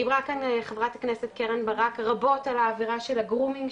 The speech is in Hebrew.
דיברה כאן חברת הכנסת קרן ברק רבות על העבירה של הגרומינג,